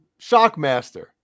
Shockmaster